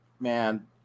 Man